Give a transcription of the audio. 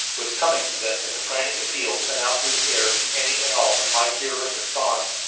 was coming to them as a frantic appeal sent out through the air to any and all who might hear and respond.